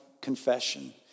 confession